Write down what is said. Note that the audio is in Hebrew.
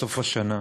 בסוף השנה.